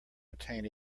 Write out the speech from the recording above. attain